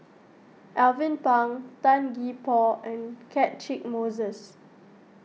Alvin Pang Tan Gee Paw and Catchick Moses